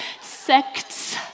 Sects